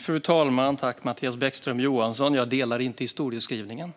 Fru talman! Jag delar inte alls historieskrivningen